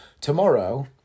Tomorrow